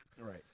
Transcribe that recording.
Right